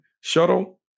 shuttle